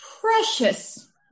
precious